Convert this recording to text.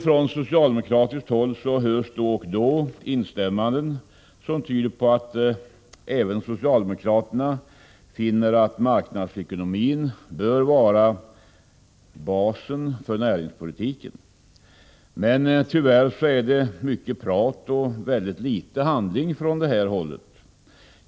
Från socialdemokratiskt håll hörs då och då instämmanden som tyder på att även socialdemokraterna finner att marknadsekonomin bör vara basen för näringspolitiken. Men tyvärr är det mycket prat och väldigt litet handling från detta håll.